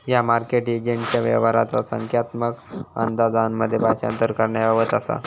ह्या मार्केट एजंटच्या व्यवहाराचा संख्यात्मक अंदाजांमध्ये भाषांतर करण्याबाबत असा